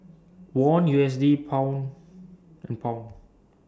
Won U S D Pound and Pound